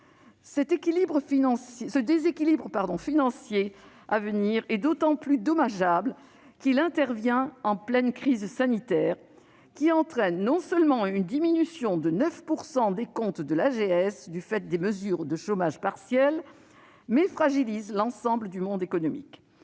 Ce déséquilibre financier à venir est d'autant plus dommageable qu'il intervient en pleine crise sanitaire, laquelle entraîne non seulement une diminution de 9 % des comptes de l'AGS, du fait des mesures de chômage partiel, mais fragilise aussi l'ensemble du monde économique.